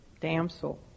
damsel